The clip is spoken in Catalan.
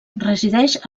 resideix